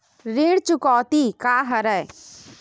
ऋण चुकौती का हरय?